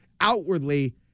outwardly